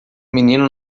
menino